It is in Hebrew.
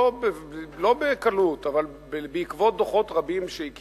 לא בקלות אבל בעקבות דוחות רבים שהיא קיבלה,